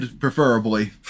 preferably